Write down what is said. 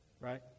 Right